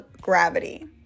gravity